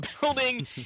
building